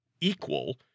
equal